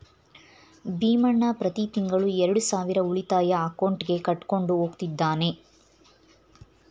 ಭೀಮಣ್ಣ ಪ್ರತಿ ತಿಂಗಳು ಎರಡು ಸಾವಿರ ಉಳಿತಾಯ ಅಕೌಂಟ್ಗೆ ಕಟ್ಕೊಂಡು ಹೋಗ್ತಿದ್ದಾನೆ